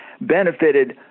benefited